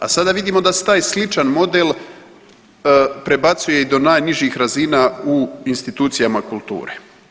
A sada vidimo da se taj sličan model prebacuje i do najnižih razina u institucijama kulture.